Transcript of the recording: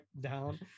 down